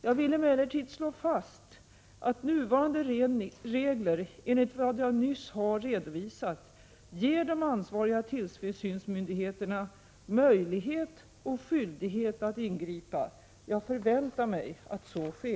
Jag vill emellertid slå fast att nuvarande regler enligt vad jag nyss redovisat ger de ansvariga tillsynsmyndigheterna möjlighet och skyldighet att ingripa. Jag förväntar mig att så sker.